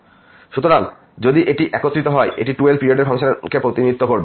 কিন্তু যদি এটি একত্রিত হয় এটি 2l পিরিয়ডের একটি ফাংশনকে প্রতিনিধিত্ব করে